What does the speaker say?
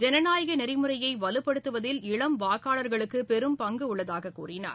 ஜனநாயக நெறிமுறையை வலுப்படுத்துவதில் இளம் வாக்காளர்களுக்கு பெரும் பங்கு உள்ளதாகக் கூறினார்